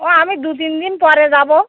ও আমি দু তিন দিন পরে যাব